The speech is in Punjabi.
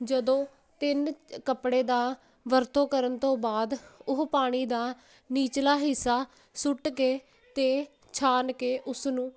ਜਦੋਂ ਤਿੰਨ ਕੱਪੜੇ ਦਾ ਵਰਤੋਂ ਕਰਨ ਤੋਂ ਬਾਅਦ ਉਹ ਪਾਣੀ ਦਾ ਨਿਚਲਾ ਹਿੱਸਾ ਸੁੱਟ ਕੇ ਤੇ ਛਾਣ ਕੇ ਉਸਨੂੰ